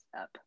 up